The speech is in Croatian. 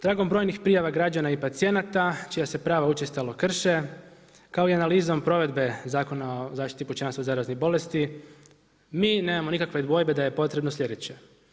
Tragom brojnih prijava građana i pacijenata čija se prava učestalo krše kao i analizom provedbe Zakona o zaštiti pučanstva od zaraznih bolesti mi nemamo nikakve dvojbe da je potrebno sljedeće.